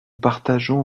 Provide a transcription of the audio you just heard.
partageons